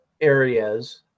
areas